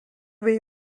wave